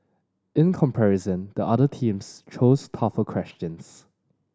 in comparison the other teams chose tougher questions